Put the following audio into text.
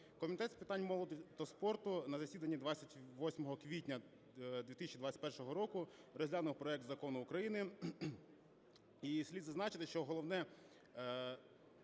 Комітет з питань молоді та спорту на засіданні 28 квітня 2021 року розглянув проект закону України. І слід зазначити, що Головне